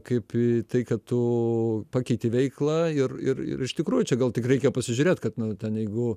kaip į tai kad tu pakeiti veiklą ir ir ir iš tikrųjų čia gal tik reikia pasižiūrėt kad nu ten jeigu